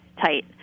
tight